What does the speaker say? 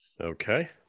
Okay